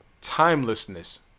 Timelessness